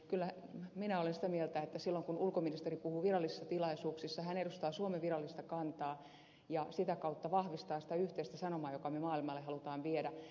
kyllä minä olen sitä mieltä että silloin kun ulkoministeri puhuu virallisissa tilaisuuksissa hän edustaa suomen virallista kantaa ja sitä kautta vahvistaa sitä yhteistä sanomaa jonka me maailmalle haluamme viedä